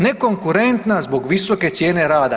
Nekonkurentna zbog visoke cijene rada.